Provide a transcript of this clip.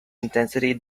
intensity